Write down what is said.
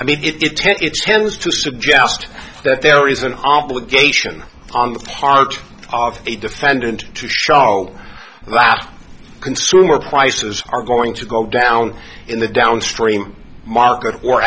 i mean it ten it's tends to suggest that there is an obligation on the part of a defendant to charlotte wrap consumer prices are going to go down in the downstream market or